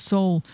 Soul